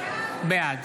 בעד